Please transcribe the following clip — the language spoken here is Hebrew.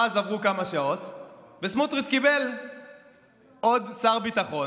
ואז עברו כמה שעות וסמוטריץ' קיבל עוד שר ביטחון.